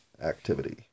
activity